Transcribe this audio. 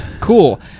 Cool